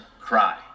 cry